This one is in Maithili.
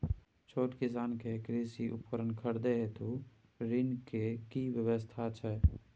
छोट किसान के कृषि उपकरण खरीदय हेतु ऋण के की व्यवस्था छै?